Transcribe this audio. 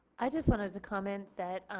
i just wanted to comment that